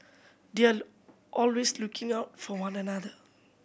they are always looking out for one another